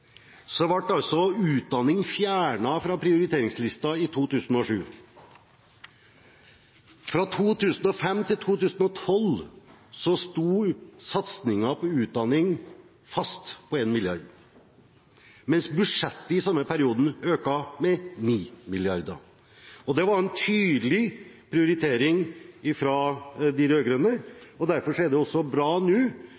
ble utdanning fjernet fra prioriteringslisten i 2007. Fra 2005 til 2012 sto satsingen på utdanning fast på 1 mrd. kr, mens budsjettet i samme periode økte med 9 mrd. kr. Det var en tydelig prioritering fra de rød-grønne. Derfor er det bra at alle partiene nå